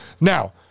Now